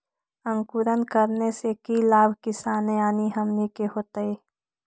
अंकुरण करने से की लाभ किसान यानी हमनि के होतय?